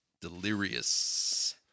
Delirious